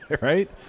Right